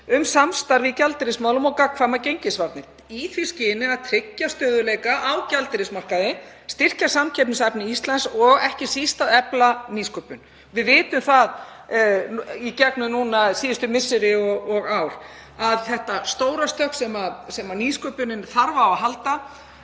um samstarf í gjaldeyrismálum og gagnkvæmar gengisvarnir, í því skyni að tryggja stöðugleika á gjaldeyrismarkaði, styrkja samkeppnishæfni Íslands og efla nýsköpun. Við vitum það í gegnum síðustu misseri og ár varðandi þetta stóra stökk sem nýsköpunin þarf á að halda